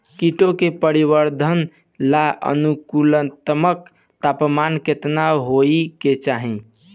कीटो के परिवरर्धन ला अनुकूलतम तापमान केतना होए के चाही?